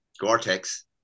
Gore-Tex